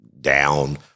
down